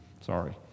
sorry